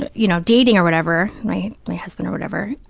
and you know, dating or whatever, right, my husband or whatever,